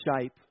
shape